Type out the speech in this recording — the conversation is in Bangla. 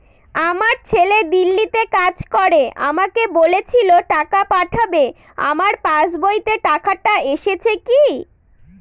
আমার ছেলে দিল্লীতে কাজ করে আমাকে বলেছিল টাকা পাঠাবে আমার পাসবইতে টাকাটা এসেছে কি?